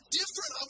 different